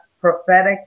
prophetic